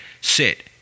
sit